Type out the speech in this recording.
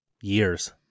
years